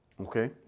Okay